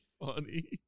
funny